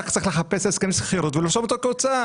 אני רק צריך לחפש הסכם שכירות ולרשום אותו כהוצאה.